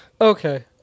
okay